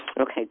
Okay